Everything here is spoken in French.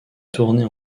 tournées